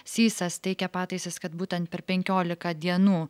sysas teikia pataisas kad būtent per penkiolika dienų